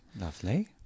Lovely